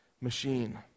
machine